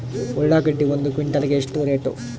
ಉಳ್ಳಾಗಡ್ಡಿ ಒಂದು ಕ್ವಿಂಟಾಲ್ ಗೆ ಎಷ್ಟು ರೇಟು?